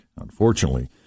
unfortunately